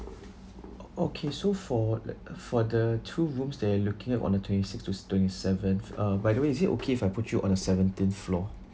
o~ okay so for the for the two rooms that you are looking at on the twenty sixth to twenty seventh uh by the way is it okay if I put you on the seventeenth floor